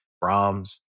Brahms